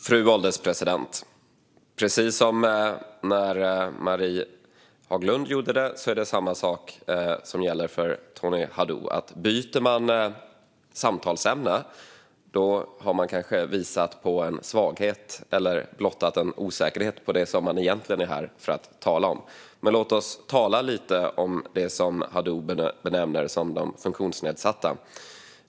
Fru ålderspresident! Samma sak gäller för Tony Haddou som för Marie Granlund: Byter man samtalsämne har man kanske visat på en svaghet eller blottat en osäkerhet i fråga om det som man egentligen är här för att tala om. Men låt oss tala lite om dem som Haddou benämner som de funktionsnedsatta.